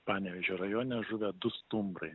panevėžio rajone žuvę du stumbrai